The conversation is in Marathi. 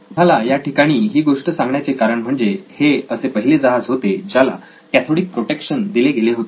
तुम्हाला या ठिकाणी ही गोष्ट सांगण्याचे कारण म्हणजे हे असे पहिले जहाज होते ज्याला कॅथोडिक प्रोटेक्शन दिले गेले होते